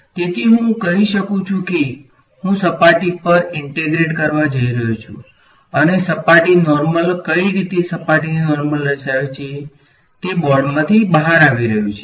તેથી હું કહી શકું છું કે હું સપાટી પર ઈંટેગ્રેટ કરવા જઈ રહ્યો છું અને સપાટી નોર્મલ કઈ રીતે સપાટીને નોર્મલ દર્શાવે છે તે બોર્ડમાંથી બહાર આવી રહ્યું છે